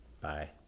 Bye